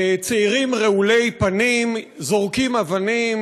צעירים רעולי פנים זורקים אבנים,